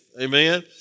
amen